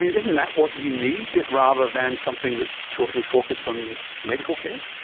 isn't that what you need rather than something that is totally focused on medical care?